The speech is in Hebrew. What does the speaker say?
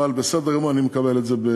אבל בסדר גמור, אני מקבל את זה.